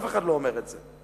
אף אחד לא אומר את זה.